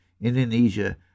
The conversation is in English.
Indonesia